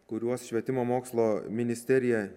kuriuos švietimo mokslo ministerija